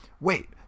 wait